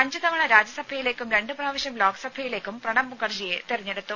അഞ്ചു തവണ രാജ്യസഭയിലേക്കും രണ്ടു പ്രാവശ്യം ലോക്സഭയിലേക്കും പ്രണബ് മുഖർജിയെ തെരഞ്ഞെടുത്തു